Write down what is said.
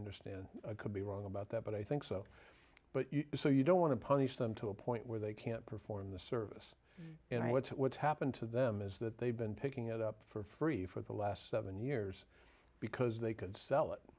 understand could be wrong about that but i think so but so you don't want to punish them to a point where they can't perform the service you know what would happen to them is that they've been picking it up for free for the last seven years because they could sell it